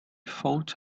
thought